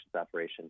operation